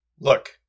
Look